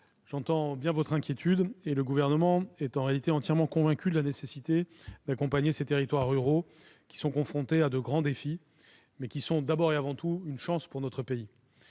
j'entends votre inquiétude et le Gouvernement est entièrement convaincu de la nécessité d'accompagner les territoires ruraux, qui sont confrontés à de grands défis, mais sont avant tout une chance pour notre pays.